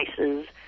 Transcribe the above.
devices